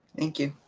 thank you.